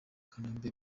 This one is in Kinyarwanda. kanombe